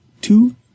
two